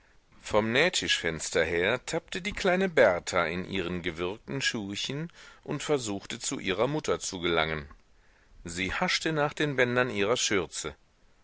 vom nähtischfenster her tappte die kleine berta in ihren gewirkten schuhchen und versuchte zu ihrer mutter zu gelangen sie haschte nach den bändern ihrer schürze